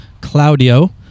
Claudio